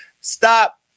Stop